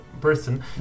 person